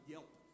Yelp